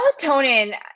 melatonin